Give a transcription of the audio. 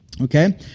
Okay